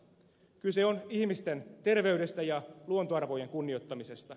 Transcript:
kyse on ihmisten terveydestä ja luontoarvojen kunnioittamisesta